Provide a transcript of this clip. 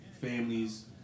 families